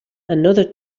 another